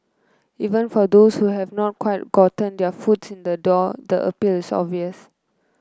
even for those who have not quite gotten their foot in the door the appeal is obvious